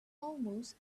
almost